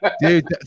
Dude